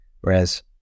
Whereas